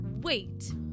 wait